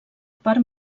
per